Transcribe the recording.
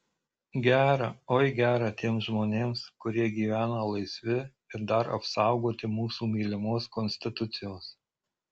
gera oi gera tiems žmonėms kurie gyvena laisvi ir dar apsaugoti mūsų mylimos konstitucijos